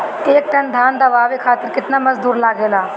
एक टन धान दवावे खातीर केतना मजदुर लागेला?